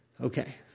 Okay